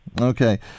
Okay